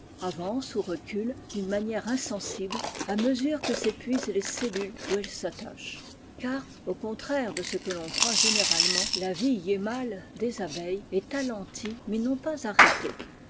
avance ou recule d'une manière insensible à mesure que s'épuisent les cellules où elle s'attache car au contraire de ce que l'on croit généralement la vie hiémale des abeilles est allenlie mais non pas arrêtée